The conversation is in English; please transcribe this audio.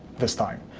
this time.